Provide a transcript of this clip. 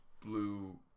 blue